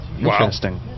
Interesting